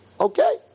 Okay